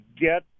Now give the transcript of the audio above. get